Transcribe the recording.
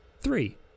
Three